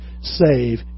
save